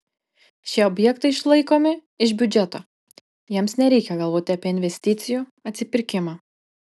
šie objektai išlaikomi iš biudžeto jiems nereikia galvoti apie investicijų atsipirkimą